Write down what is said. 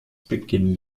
beginnen